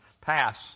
pass